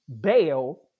bail